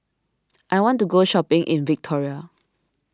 I want to go shopping in Victoria